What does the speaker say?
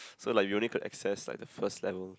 so like we only could access like the first level